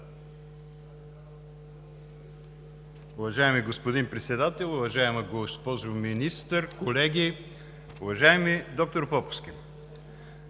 Уважаеми господин Председател, уважаема госпожо Министър, колеги! Уважаеми доктор Поповски,